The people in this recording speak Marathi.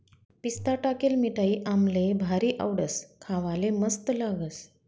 पिस्ता टाकेल मिठाई आम्हले भारी आवडस, खावाले मस्त लागस